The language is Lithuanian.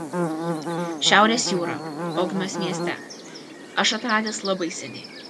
šiaurės jūrą ogmios mieste aš atradęs labai seniai